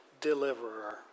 deliverer